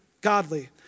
godly